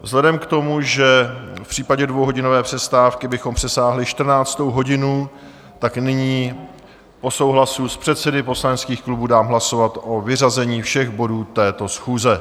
Vzhledem k tomu, že v případě dvouhodinové přestávky bychom přesáhli 14. hodinu, nyní po souhlasu s předsedy poslaneckých klubů dám hlasovat o vyřazení všech bodů této schůze.